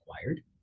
acquired